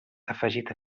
afegit